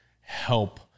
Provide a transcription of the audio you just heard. help